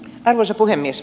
arvoisa puhemies